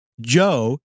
Joe